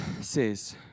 says